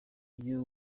iyo